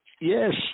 Yes